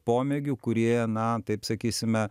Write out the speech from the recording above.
pomėgių kurie na taip sakysime